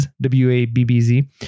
w-a-b-b-z